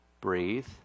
Breathe